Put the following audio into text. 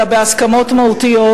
אלא בהסכמות מהותיות,